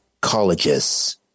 colleges